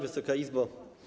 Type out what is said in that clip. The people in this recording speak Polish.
Wysoka Izbo!